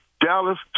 Dallas